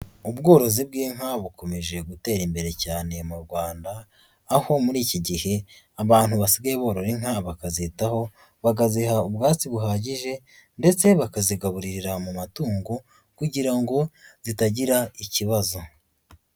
Ubworozi bw'inka bukomeje gutera imbere cyane mu Rwanda, aho muri iki gihe abantu basigaye borora inka, bakazitaho, bakaziha ubwatsi buhagije ndetse bakazigaburirira mu matungo kugira ngo zitagira ikibazo.